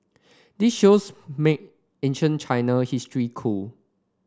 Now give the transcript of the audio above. this shows made ancient China history cool